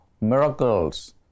Miracles